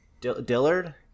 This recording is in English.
dillard